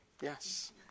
Yes